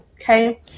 Okay